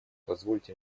позвольте